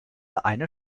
eine